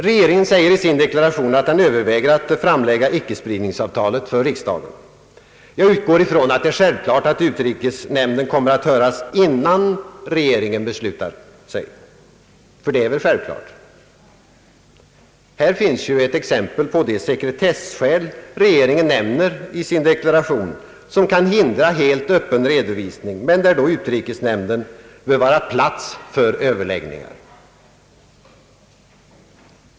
Regeringen säger i sin deklaration att den överväger att framlägga ickespridningsavtalet för riksdagen. Jag utgår från att det är självklart att utrikesnämnden kommer att höras innan regeringen beslutar sig. Det är väl självklart? Detta är ett exempel på sådana sekretesskäl som regeringen nämner i sin deklaration och som kan hindra helt öppen redovisning. I ett sådant fall bör utrikesnämnden vara rätt plats för överläggningar.